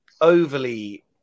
overly